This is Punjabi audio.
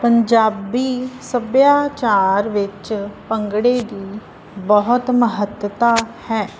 ਪੰਜਾਬੀ ਸੱਭਿਆਚਾਰ ਵਿੱਚ ਭੰਗੜੇ ਦੀ ਬਹੁਤ ਮਹੱਤਤਾ ਹੈ